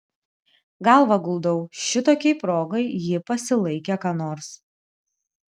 galvą guldau šitokiai progai ji pasilaikė ką nors